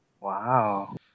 Wow